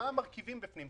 מה המרכיבים בפנים?